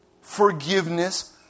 Forgiveness